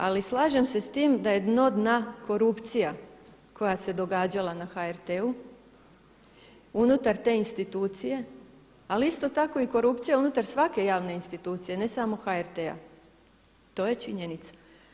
Ali slažem se s tim da je dno dna korupcija koja se događala na HRT-u unutar te institucije, ali isto tako i korupcija unutar svake javne institucije ne samo HRT-a, to je činjenica.